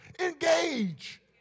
Engage